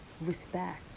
respect